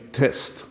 test